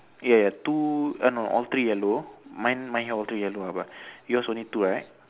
ya ya two uh no all three yellow mine mine all three yellow ah but yours only two right